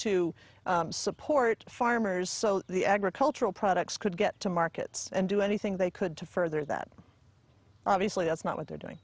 to support farmers so the agricultural products could get to markets and do anything they could to further that obviously that's not what they're